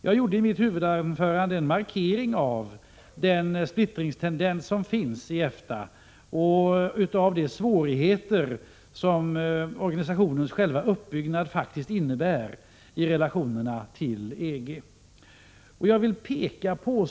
Jag gjorde i mitt huvudanförande en markering av den splittringstendens som finns i EFTA och av de svårigheter som organisationens själva uppbyggnad faktiskt innebär i relationerna till EG.